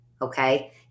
Okay